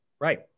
Right